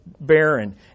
barren